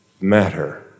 matter